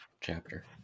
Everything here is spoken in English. chapter